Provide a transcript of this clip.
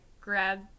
grab